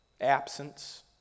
absence